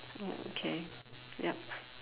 oh okay yup